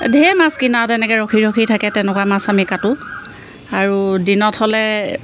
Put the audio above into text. ধেৰ মাছ কিনা আৰু তেনেকে ৰখি ৰখি থাকে তেনেকুৱা মাছ আমি কাটো আৰু দিনত হ'লে